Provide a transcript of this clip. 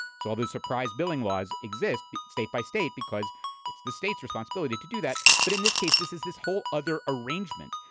so all those surprise billing laws exist but state by state because it's the state's responsibility to do that. but in this case, this is this whole other arrangement.